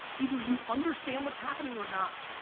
either you understand what's happening, or not.